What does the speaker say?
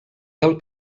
del